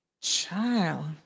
Child